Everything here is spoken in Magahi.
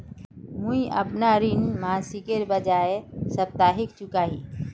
मुईअपना ऋण मासिकेर बजाय साप्ताहिक चुका ही